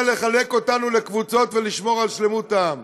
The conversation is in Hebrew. לחלק אותנו לקבוצות ולשמור על שלמות העם.